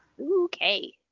Okay